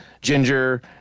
ginger